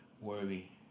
worry